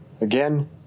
Again